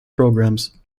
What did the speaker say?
programmes